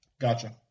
Gotcha